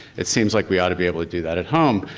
it seems like we ought to be able to do that at home.